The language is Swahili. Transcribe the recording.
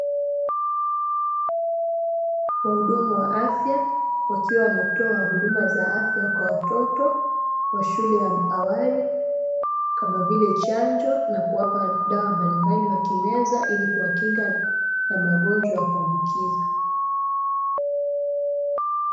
Wahudumu wa afya wakiwa wanatoa huduma za afya kwa watoto, wa shule ya awali, kama vile chanjo na kuwapa dawa mbalimbali wakimeza ili kuwakinga na magonjwa ya kuambukiza.